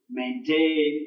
maintain